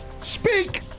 Speak